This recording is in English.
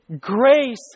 grace